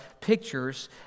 pictures